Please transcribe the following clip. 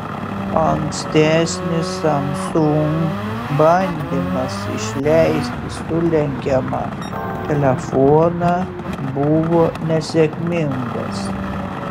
ankstesnis samsung bandymas išleisti sulenkiamą telefoną buvo nesėkmingas